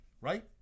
Right